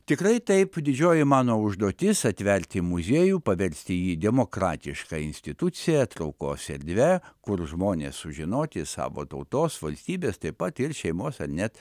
tikrai taip didžioji mano užduotis atverti muziejų paversti jį demokratiška institucija traukos erdve kur žmonės sužinoti savo tautos valstybės taip pat ir šeimos ar net